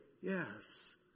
yes